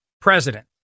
president